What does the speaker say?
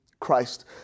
Christ